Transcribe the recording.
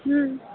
हूँ